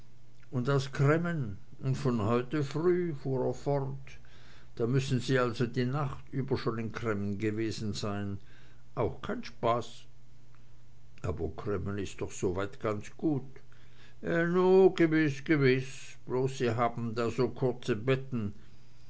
und aus cremmen und von heute früh fuhr er fort da müssen sie also die nacht über schon in cremmen gewesen sein auch kein spaß aber cremmen is doch soweit ganz gut nu gewiß gewiß bloß sie haben da so kurze betten